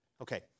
Okay